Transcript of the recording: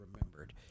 remembered